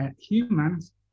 humans